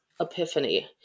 epiphany